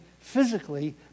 physically